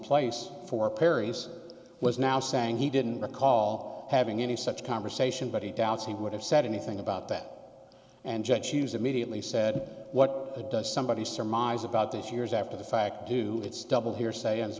place for paris was now saying he didn't recall having any such conversation but he doubts he would have said anything about that and just choose immediately said what does somebody surmise about this years after the fact do it's double hearsay